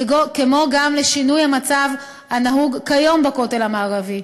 כמו גם לשינוי המצב הנהוג כיום בכותל המערבי.